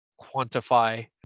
quantify